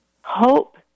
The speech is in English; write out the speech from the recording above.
hope